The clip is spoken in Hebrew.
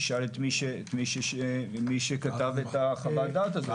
תשאל את מי שכתב את חוות הדעת הזאת.